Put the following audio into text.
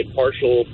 partial